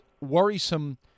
worrisome